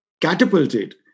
catapulted